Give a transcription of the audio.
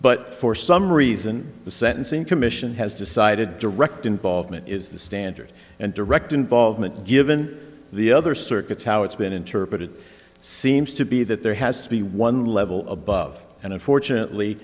but for some reason the sentencing commission has decided direct involvement is the standard and direct involvement given the other circuits how it's been interpreted seems to be that there has to be one level above and unfortunately